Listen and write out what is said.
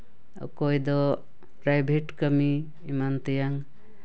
ᱚᱠᱚᱭ ᱫᱚ ᱯᱨᱟᱭᱵᱷᱮᱹᱴ ᱠᱟᱹᱢᱤ ᱮᱢᱟᱱ ᱛᱮᱭᱟᱜ